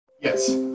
Yes